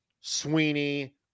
Sweeney